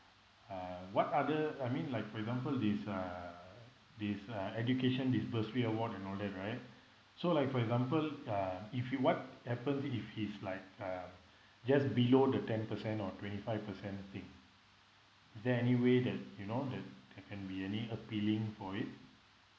uh what other I mean like for example this uh this uh education this bursary award and all that right so like for example uh if we what happens if he's like uh just below the ten percent or twenty five percent thing is there any way that you know that that can be any appealing for it